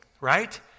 right